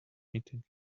meeting